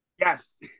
Yes